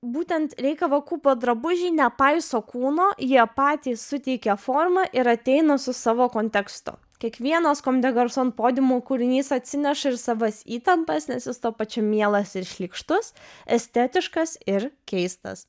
būtent rei kavakubo drabužiai nepaiso kūno jie patys suteikia formą ir ateina su savo kontekstu kiekvieno kom de garson podiumo kūrinys atsineša ir savas įtampas nes jis tuo pačiu mielas ir šlykštus estetiškas ir keistas